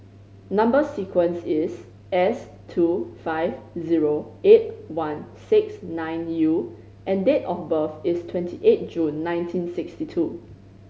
number sequence is S two five zero eight one six nine U and date of birth is twenty eight June nineteen sixty two